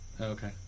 Okay